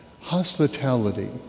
Hospitality